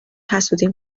حسودیم